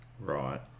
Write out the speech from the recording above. Right